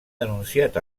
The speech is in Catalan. denunciat